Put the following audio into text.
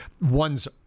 one's